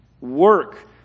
work